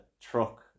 truck